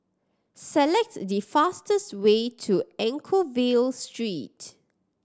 select the fastest way to Anchorvale Street